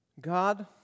God